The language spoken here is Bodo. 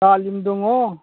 दालिम दङ